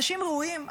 אנשים ראויים,